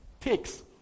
takes